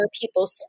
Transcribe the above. people